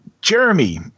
Jeremy